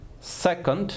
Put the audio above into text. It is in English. Second